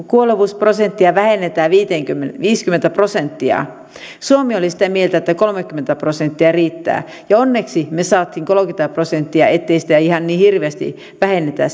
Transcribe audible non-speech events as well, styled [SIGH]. [UNINTELLIGIBLE] kuolevuusprosenttia vähennetään viisikymmentä prosenttia suomi oli sitä mieltä että kolmekymmentä prosenttia riittää ja onneksi saatiin kolmekymmentä prosenttia ettei sitä kuolevuutta ihan niin hirveästi vähennetä [UNINTELLIGIBLE]